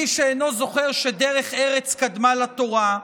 מי שאינו זוכר שדרך ארץ קדמה לתורה,